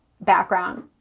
Background